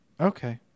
Okay